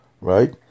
right